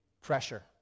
pressure